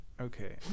Okay